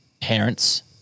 parents